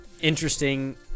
interesting